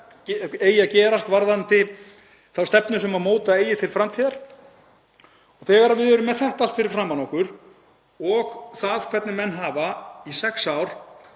eigi að gerast varðandi þá stefnu sem móta eigi til framtíðar. Þegar við erum með þetta allt fyrir framan okkur og það hvernig menn hafa í sex ár